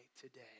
today